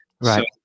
Right